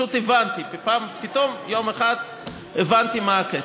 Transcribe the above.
פשוט הבנתי, פתאום יום אחד הבנתי מה הקטע.